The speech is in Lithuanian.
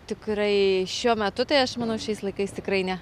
tikrai šiuo metu tai aš manau šiais laikais tikrai ne